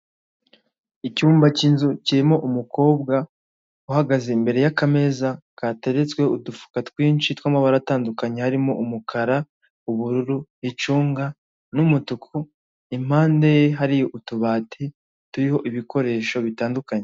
Icyumba cy'inzu kirimo umukobwa uhagaze imbere y'akameza gatereretseho udufuka twinshi twamabara atandukanye harimo umukara ,ubururu ,icunga n'umutuku, impande hari utubati turiho ibikoresho bitandukanye .